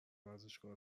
ورزشگاه